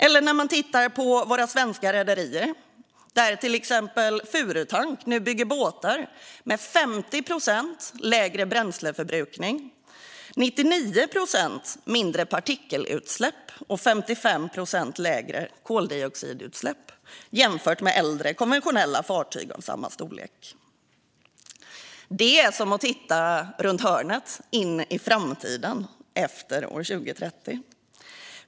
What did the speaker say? Om vi tittar på våra svenska rederier bygger nu till exempel Furutank båtar med 50 procent lägre bränsleförbrukning, 99 procent mindre partikelutsläpp och 55 procent lägre koldioxidutsläpp jämfört med äldre konventionella fartyg av samma storlek. Det är som att titta runt hörnet in i framtiden efter år 2030.